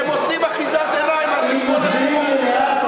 הם עושים אחיזת עיניים על חשבון הציבור.